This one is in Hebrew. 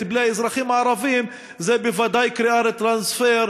בלי האזרחים הערבים זה בוודאי קריאה לטרנספר.